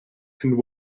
and